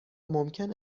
ممکن